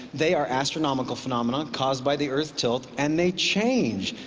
they are astronomical phenomena caused by the earth's tilt, and they change.